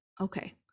okay